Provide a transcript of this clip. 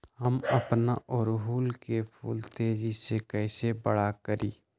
हम अपना ओरहूल फूल के तेजी से कई से बड़ा करी?